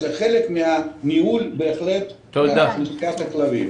חלק מהניהול של אוכלוסיית הכלבים.